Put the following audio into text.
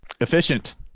Efficient